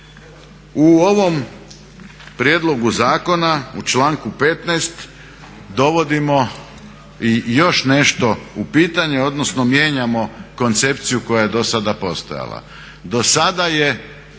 U ovom prijedlogu zakona u članku 15. dovodimo i još nešto u pitanje odnosno mijenjamo koncepciju koja je do sada postojala.